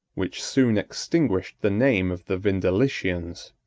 which soon extinguished the name of the vindelicians,